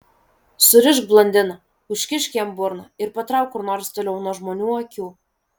surišk blondiną užkišk jam burną ir patrauk kur nors toliau nuo žmonių akių